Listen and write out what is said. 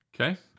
Okay